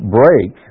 break